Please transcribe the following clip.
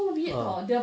oh